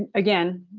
again,